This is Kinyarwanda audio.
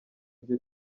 byo